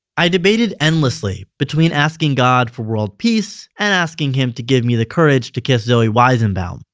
i debated endlessly between asking god for world peace and asking him to give me the courage to kiss zoe weizenbaum,